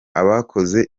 abakoze